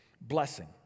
Blessing